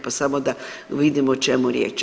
Pa samo da vidimo o čemu je riječ.